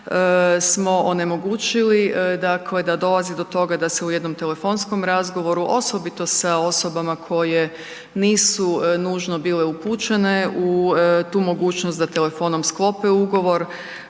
smo onemogućili dakle da dolazi do toga da se u jednom telefonskom razgovoru, osobito sa osobama koje nisu nužno bile upućene u tu mogućnost da telefonom sklope ugovor,